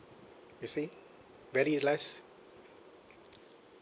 you see very less